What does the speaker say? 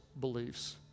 beliefs